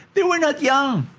they were not young.